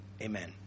amen